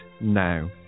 now